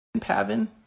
Pavin